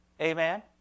Amen